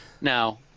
Now